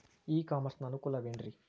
E commerce ನ ಅನುಕೂಲವೇನ್ರೇ?